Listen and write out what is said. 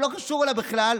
שלא קשור אליו בכלל,